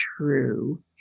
true